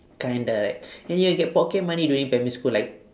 kinda right and he will get pocket money during primary school like